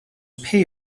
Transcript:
pay